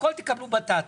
הכול תקבלו בטטות.